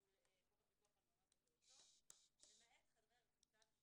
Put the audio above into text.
בחוק הפיקוח על מעונות לפעוטות למעט חדרי רחצה ושירותים.